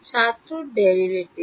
ছাত্র ডেরাইভেটিভ